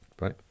right